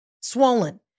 Swollen